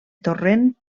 torrent